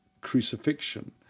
crucifixion